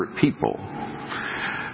people